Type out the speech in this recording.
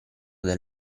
del